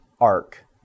arc